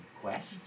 Quest